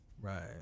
right